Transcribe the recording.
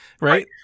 right